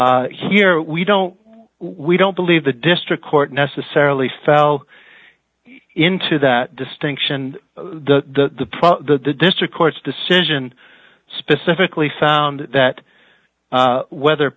here we don't we don't believe the district court necessarily fell into that distinction the district court's decision specifically found that whether